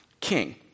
king